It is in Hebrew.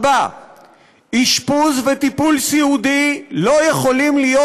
4. אשפוז וטיפול סיעודי לא יכולים להיות